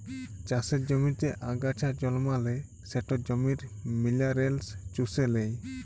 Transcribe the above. চাষের জমিতে আগাছা জল্মালে সেট জমির মিলারেলস চুষে লেই